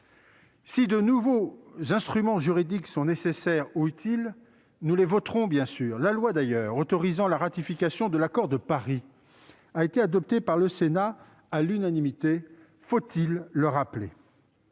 Si de nouveaux instruments juridiques sont nécessaires ou utiles, nous les voterons, bien sûr. La loi autorisant la ratification de l'accord de Paris a été adoptée par le Sénat à l'unanimité, faut-il le rappeler ?